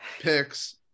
picks